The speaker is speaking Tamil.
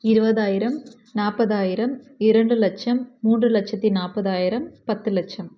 இருபதாயிரம் நாற்பதாயிரம் இரண்டு லட்சம் மூன்று லட்சத்து நாற்பதாயிரம் பத்து லட்சம்